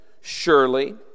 surely